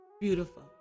beautiful